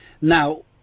Now